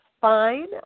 fine